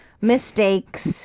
mistakes